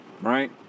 Right